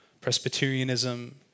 Presbyterianism